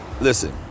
Listen